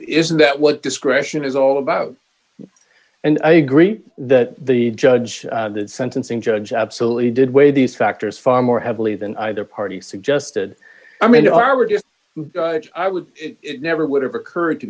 isn't that what discretion is all about and i agree that the judge in sentencing judge absolutely did weigh these factors far more heavily than either party suggested i mean are we just i would never would have occurred to